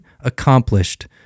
accomplished